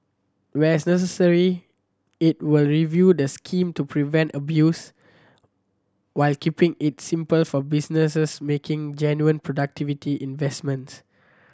where's necessary it will review the scheme to prevent abuse while keeping it simple for businesses making genuine productivity investments